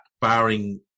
barring